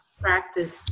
Practice